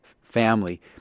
family